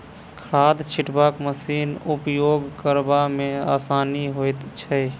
खाद छिटबाक मशीनक उपयोग करबा मे आसानी होइत छै